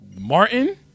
Martin